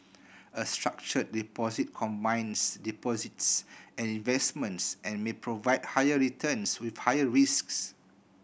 a structured deposit combines deposits and investments and may provide higher returns with higher risks